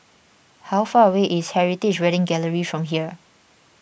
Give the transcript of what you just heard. how far away is Heritage Wedding Gallery from here